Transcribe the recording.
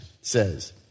says